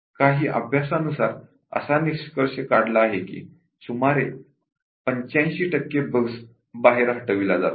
काही अभ्यासानुसार असा निष्कर्ष काढला आहे की सुमारे 85 टक्के बग्स काढून टाकल्या जातात